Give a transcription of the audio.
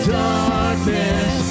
darkness